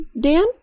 Dan